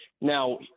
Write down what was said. Now